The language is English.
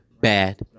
bad